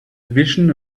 vision